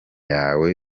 yawe